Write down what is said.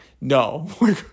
no